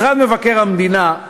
משרד מבקר המדינה,